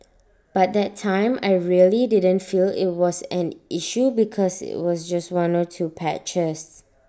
but that time I really didn't feel IT was an issue because IT was just one or two patches